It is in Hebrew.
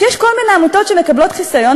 שיש כל מיני עמותות שמקבלות חיסיון,